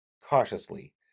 cautiously